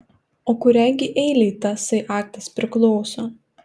o kuriai gi eilei tasai aktas priklauso